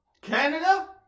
Canada